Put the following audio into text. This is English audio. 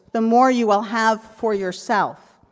the more you will have for yourself.